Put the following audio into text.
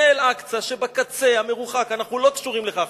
זה אל-אקצא שבקצה המרוחק, אנחנו לא קשורים לכך.